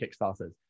Kickstarters